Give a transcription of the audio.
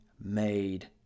made